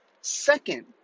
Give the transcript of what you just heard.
second